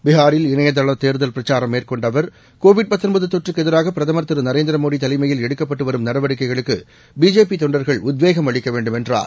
பிகாரில் இணைய தள தேர்தல் பிரச்சாரம் மேற்கொண்ட அவர் கோவிட் தொற்றுக்கு எதிராக பிரதமர் திரு நரேந்திர மோடி தலைமையில் எடுக்கப்பட்டு வரும் நடவடிக்கைகளுக்கு பிஜேபி தொண்டர்கள் உத்வேகம் அளிக்க வேண்டும் என்றார்